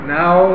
now